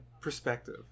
perspective